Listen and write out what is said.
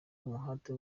umuhate